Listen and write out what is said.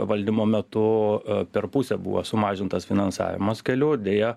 valdymo metu per pusę buvo sumažintas finansavimas kelių deja